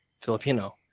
filipino